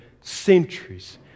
centuries